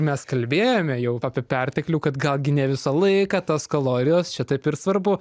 mes kalbėjome jau apie perteklių kad galgi ne visą laiką tos kalorijos čia taip ir svarbu